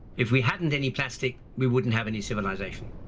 if we hadn't any plastic, we wouldn't have any civilization.